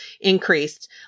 increased